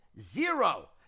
Zero